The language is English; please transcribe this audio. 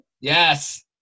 Yes